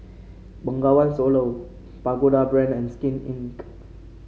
Bengawan Solo Pagoda Brand and Skin Inc